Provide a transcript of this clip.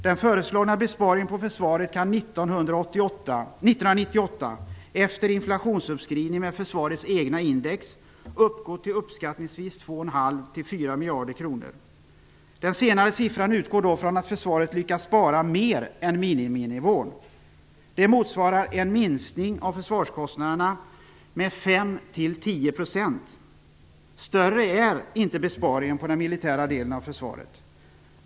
Den föreslagna besparingen på försvaret kan 1998 efter inflationsuppskrivning med försvarets egna index uppgå till uppskattningsvis 2,5-4 miljarder kronor. Den senare siffran utgår då från att försvaret lyckas spara mer än miniminivån. Det motsvarar en minskning av försvarskostnaderna med 5-10 %. Större är inte besparingen på den militära delen av försvaret.